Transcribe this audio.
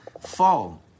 fall